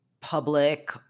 public